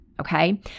okay